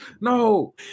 no